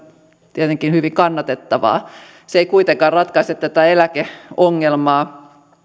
tietenkin hyvin kannatettavaa se ei kuitenkaan ratkaise tätä eläkeongelmaa